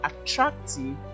attractive